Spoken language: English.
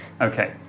Okay